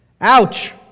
Ouch